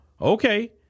Okay